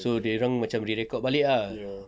so dorang macam rerecord balik ah ya